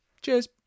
Cheers